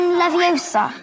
leviosa